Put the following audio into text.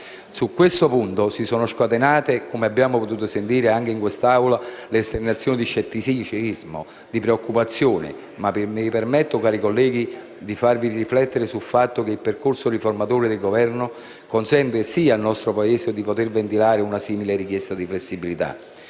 Su questo punto si sono scatenate, come abbiamo potuto sentire anche in quest'Aula, esternazioni di scetticismo e di preoccupazione. Tuttavia, cari colleghi, mi permetto di farvi riflettere sul fatto che il percorso riformatore del Governo consente al nostro Paese di poter ventilare una simile richiesta di flessibilità,